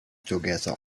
together